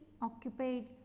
occupied